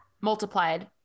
multiplied